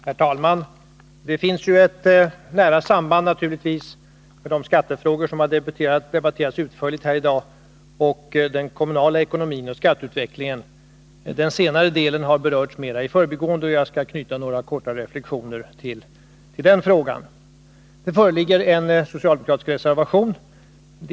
Herr talman! Det finns naturligtvis ett nära samband mellan den kommunala ekonomin och skatteutvecklingen. Detta samband har berörts mera i förbigående i den utförliga debatt som har förts här i dag, och jag skall knyta några reflexioner till den frågan. Det föreligger en socialdemokratisk reservation beträffande riktlinjerna för den kommunala ekonomin.